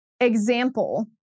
example